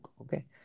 Okay